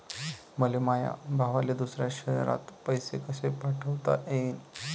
मले माया भावाले दुसऱ्या शयरात पैसे कसे पाठवता येईन?